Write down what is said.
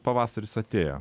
pavasaris atėjo